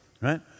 Right